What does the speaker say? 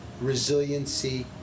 Resiliency